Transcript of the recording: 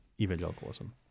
evangelicalism